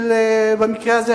במקרה הזה,